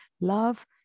love